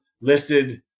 listed